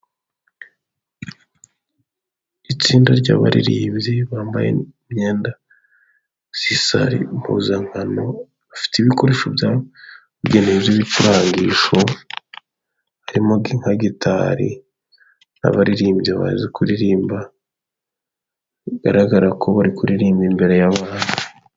Itsinda ry'abaririmbyi bambaye imyenda isa impuzankano bafite ibikoresho bya bugenewe by'ibicurangisho, harimo nka gitari n'abaririmbyi bazi kuririmba bigaragara ko bari kuririmba imbere y'abantu.